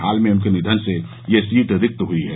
हाल में उनके निधन से यह सीट रिक्त हुई है